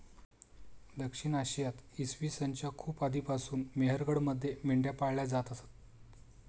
दक्षिण आशियात इसवी सन च्या खूप आधीपासून मेहरगडमध्ये मेंढ्या पाळल्या जात असत